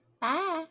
Bye